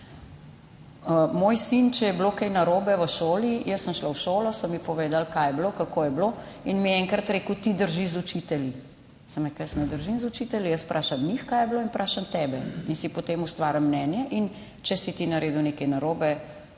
Moj sin, če je bilo kaj narobe v šoli, sem jaz šla v šolo, so mi povedali, kaj je bilo, kako je bilo. In mi je enkrat rekel, ti držiš z učitelji. Sem rekla, jaz ne držim z učitelji, jaz vprašam njih, kaj je bilo, in vprašam tebe in si potem ustvarim mnenje. In če si ti naredil nekaj narobe,